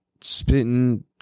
spitting